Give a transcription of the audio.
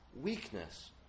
weakness